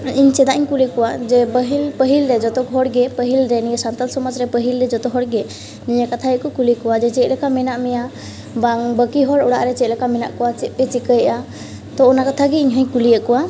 ᱤᱧ ᱪᱮᱫᱟᱜ ᱤᱧ ᱠᱩᱞᱤ ᱠᱚᱣᱟ ᱡᱮ ᱯᱟᱹᱦᱤᱞ ᱯᱟᱹᱦᱤᱞᱨᱮ ᱡᱚᱛᱚ ᱦᱚᱲᱜᱮ ᱯᱟᱹᱦᱤᱞᱨᱮ ᱱᱤᱭᱟᱹ ᱥᱟᱱᱛᱟᱲ ᱥᱚᱢᱟᱡᱽᱨᱮ ᱯᱟᱹᱦᱤᱞᱫᱚ ᱡᱚᱛᱚ ᱦᱚᱲᱜᱮ ᱱᱤᱭᱟᱹ ᱠᱟᱛᱷᱟᱜᱮᱠᱚ ᱠᱩᱞᱤ ᱠᱚᱣᱟ ᱡᱮ ᱪᱮᱫᱞᱮᱠᱟ ᱢᱮᱱᱟᱜ ᱢᱮᱭᱟ ᱵᱟᱝ ᱵᱟᱹᱠᱤ ᱦᱚᱲ ᱚᱲᱟᱜᱨᱮ ᱪᱮᱫᱞᱮᱠᱟ ᱢᱮᱱᱟᱜ ᱠᱚᱣᱟ ᱪᱮᱫᱯᱮ ᱪᱤᱠᱟᱹᱭᱮᱫᱟ ᱛᱳ ᱚᱱᱟ ᱠᱟᱛᱷᱟᱜᱮ ᱤᱧᱦᱚᱸᱧ ᱠᱩᱞᱤᱭᱮᱫ ᱠᱚᱣᱟ